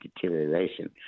deterioration